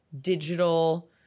digital